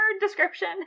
description